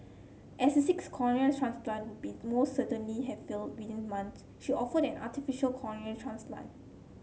as a sixth cornea transplant would be most certainly have failed within months she offered an artificial cornea transplant